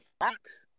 Fox